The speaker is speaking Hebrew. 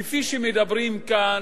כפי שמדברים כאן,